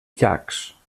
llacs